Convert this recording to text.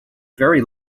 very